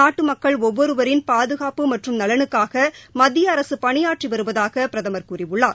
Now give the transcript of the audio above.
நாட்டு மக்கள் ஒவ்வொருவரின் பாதுகாப்பு மற்றும் நலனுக்காக மத்திய அரசு பணியர்றறி வருவதாக பிரதமர் கூறியுள்ளார்